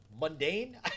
mundane